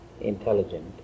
intelligent